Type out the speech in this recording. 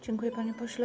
Dziękuję, panie pośle.